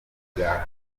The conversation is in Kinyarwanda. bwa